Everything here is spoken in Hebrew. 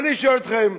אבל אני שואל אתכם,